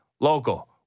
Local